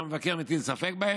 שהמבקר מטיל בהן ספק.